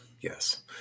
Yes